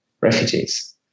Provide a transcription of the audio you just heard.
refugees